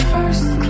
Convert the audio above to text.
First